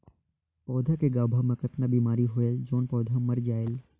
पौधा के गाभा मै कतना बिमारी होयल जोन पौधा मर जायेल?